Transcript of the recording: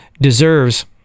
deserves